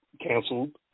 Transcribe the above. canceled